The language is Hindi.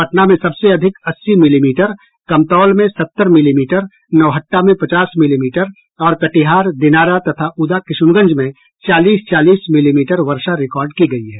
पटना में सबसे अधिक अस्सी मिलीमीटर कमतौल में सत्तर मिलीमीटर नौहट्टा में पचास मिलीमीटर और कटिहार दिनारा तथा उदाकिशुनगंज में चालीस चालीस मिलीमीटर वर्षा रिकॉर्ड की गयी है